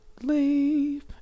leave